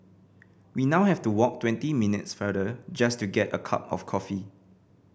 we now have to walk twenty minutes farther just to get a cup of coffee